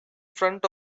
front